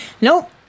Nope